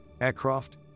aircraft